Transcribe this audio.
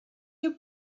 your